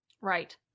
Right